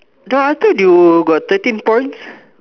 no I thought you got thirteen points